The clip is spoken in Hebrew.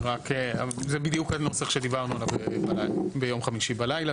זה בדיוק הנוסח שדיברנו עליו ביום חמישי בלילה,